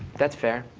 that's fair.